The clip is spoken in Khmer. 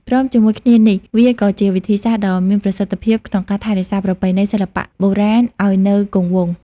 ព្រមជាមួយគ្នានេះ វាក៏ជាវិធីសាស្ត្រដ៏មានប្រសិទ្ធភាពក្នុងការ ថែរក្សាប្រពៃណី សិល្បៈបុរាណឱ្យនៅគង់វង្ស។